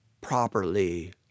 properly